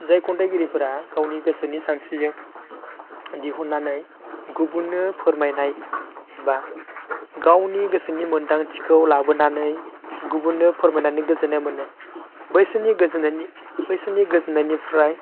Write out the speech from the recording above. जाय खन्थाइगिरिफोरा गावनि गोसोनि सानस्रिजों दिहुन्नानै गुबुननो फोरमायनाय एबा गावनि गोसोनि मोनदांथिखौ लाबोनानै गुबुननो फोरमायनानै गोजोन्नाय मोनो बैसोरनि गोजोन्नायनि बैसोरनि गोजोन्नायनिफ्राय